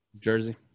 Jersey